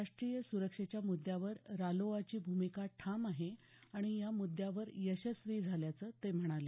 राष्ट्रीय सुरक्षेच्या मुद्द्यावर रालोआची भूमिका ठाम आहे आणि या मुद्द्यावर यशस्वी झाल्याचं ते म्हणाले